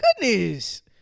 goodness